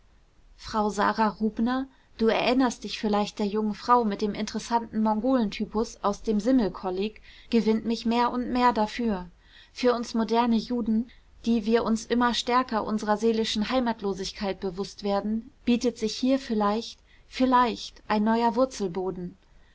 frau sara rubner du erinnerst dich vielleicht der jungen frau mit dem interessanten mongolentypus aus dem simmel kolleg gewinnt mich mehr und mehr dafür für uns moderne juden die wir uns immer stärker unserer seelischen heimatlosigkeit bewußt werden bietet sich hier vielleicht vielleicht ein neuer